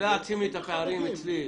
שלא יעצים את הפערים אצלי.